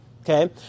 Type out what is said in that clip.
okay